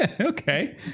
Okay